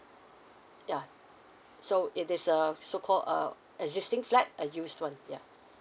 ya so it is a so call uh existing flat a used one ya